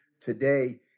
today